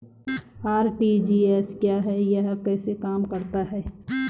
RTGS क्या है यह कैसे काम करता है?